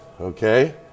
okay